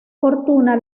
fortuna